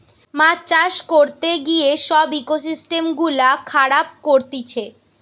মাছ চাষ করতে গিয়ে সব ইকোসিস্টেম গুলা খারাব করতিছে